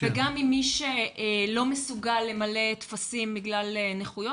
וגם עם מי שלא מסוגל למלא טפסים בגלל נכויות.